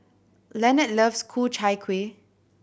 Lenard loves Ku Chai Kuih